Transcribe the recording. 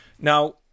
Now